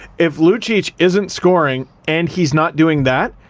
if lucic isn't scoring and he's not doing that,